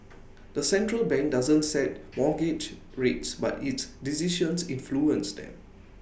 the central bank doesn't set mortgage rates but its decisions influence them